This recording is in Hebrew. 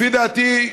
לפי דעתי,